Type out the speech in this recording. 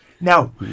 Now